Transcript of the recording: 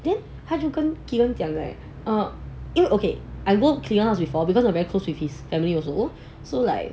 then 他就跟 keegan 讲 leh err 因为 okay I go keegan house before because I'm very close with his family also so like